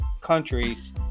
countries